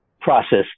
process